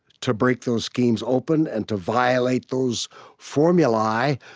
to break those schemes open and to violate those formulae.